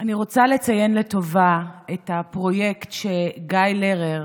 אני רוצה לציין לטובה את הפרויקט שגיא לרר